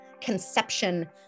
conception